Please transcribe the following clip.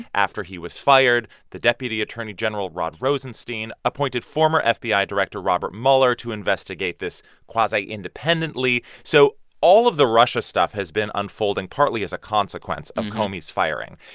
after he was fired, the deputy attorney general, rod rosenstein, appointed former fbi director robert mueller to investigate this quasi-independently. so all of the russia stuff has been unfolding partly as a consequence of comey's firing.